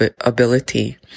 ability